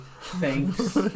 thanks